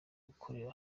gukorera